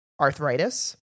arthritis